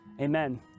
Amen